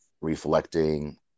reflecting